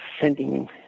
sending